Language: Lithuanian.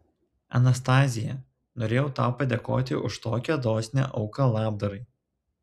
anastazija norėjau tau padėkoti už tokią dosnią auką labdarai